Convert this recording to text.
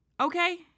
Okay